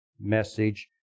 message